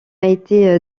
été